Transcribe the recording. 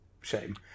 shame